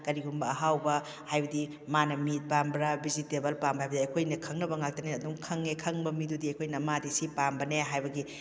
ꯀꯔꯤꯒꯨꯝꯕ ꯑꯍꯥꯎꯕ ꯍꯥꯏꯕꯗꯤ ꯃꯥꯅ ꯃꯤꯠ ꯄꯥꯝꯕ꯭ꯔꯥ ꯚꯤꯖꯤꯇꯦꯕꯜ ꯄꯥꯝꯕ꯭ꯔꯥ ꯍꯥꯏꯕꯁꯤ ꯑꯩꯈꯣꯏꯅ ꯈꯪꯅꯕ ꯉꯥꯛꯇꯅꯦ ꯑꯗꯨꯝ ꯈꯪꯉꯦ ꯈꯪꯕ ꯃꯤꯗꯨꯗꯤ ꯑꯩꯈꯣꯏꯅ ꯃꯥꯗ ꯁꯤ ꯄꯥꯝꯕꯅꯦ ꯍꯥꯏꯕꯒꯤ